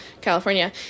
California